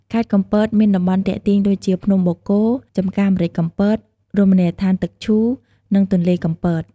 ខេត្តកំពតមានតំបន់ទាក់ទាញដូចជា ភ្នំបូកគោ ចំការម្រេចកំពត រមណីយដ្ឋានទឹកឈូ និងទន្លេកំពត។